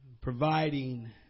providing